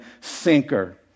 sinker